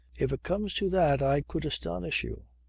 if it comes to that i could astonish you.